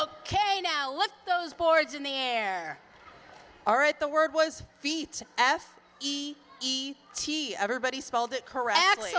ok now look those boards in the air are it the word was feet f e e t everybody spelled it correctly